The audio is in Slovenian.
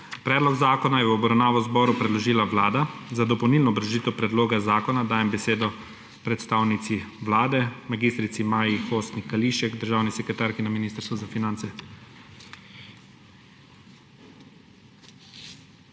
Predlog zakona je v obravnavo zboru predložila Vlada. Za dopolnilno obrazložitev predloga zakona dajem besedo predstavnici Vlade mag. Maji Hostnik Kališek, državni sekretarki na Ministrstvu za finance.